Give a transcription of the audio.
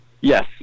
Yes